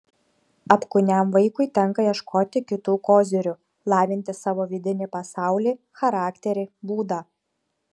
apkūniam vaikui tenka ieškoti kitų kozirių lavinti savo vidinį pasaulį charakterį būdą